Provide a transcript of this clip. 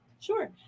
Sure